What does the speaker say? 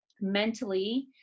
mentally